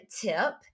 tip